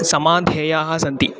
समाधेयाः सन्ति